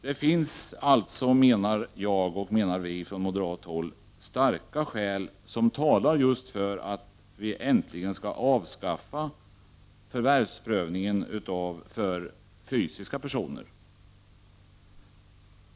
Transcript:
Det finns alltså, menar vi från moderat håll, starka skäl som talar för att förvärvsprövningen för fysiska personer äntligen skall avskaffas.